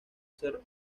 ser